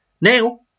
Now